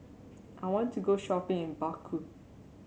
I want to go shopping in Baku